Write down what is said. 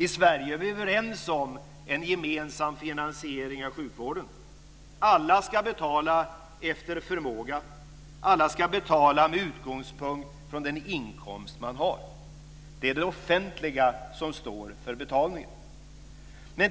I Sverige är vi överens om en gemensam finansiering av sjukvården. Alla ska betala efter förmåga och med utgångspunkt från den inkomst man har. Det är det offentliga som står för betalningen.